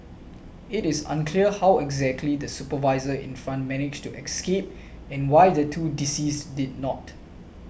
it is unclear how exactly the supervisor in front managed to escape and why the two deceased did not